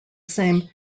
same